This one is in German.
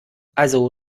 also